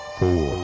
four